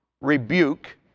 rebuke